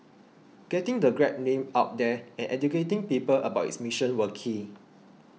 getting the Grab name out there and educating people about its mission were key